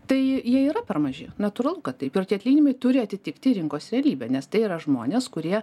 tai jie yra per maži natūralu kad taip ir tie atlyginimai turi atitikti rinkos realybę nes tai yra žmonės kurie